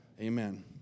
Amen